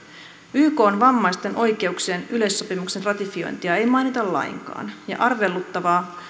ykn vammaisten oikeuksien yleissopimuksen ratifiointia ei mainita lainkaan ja arveluttavaa